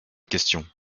question